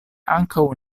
ankaŭ